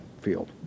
field